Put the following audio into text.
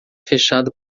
fechado